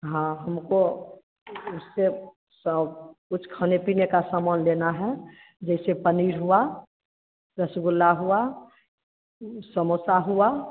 हाँ हमको उससे सर कुछ खाने पीने का सामान लेना है जैसे पनीर हुआ रसगुल्ला हुआ समोसा हुआ